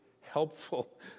helpful